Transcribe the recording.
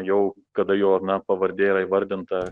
jau kada jo na pavardė yra įvardinta